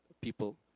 people